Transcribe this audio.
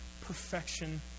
perfection